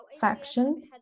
faction